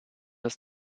erst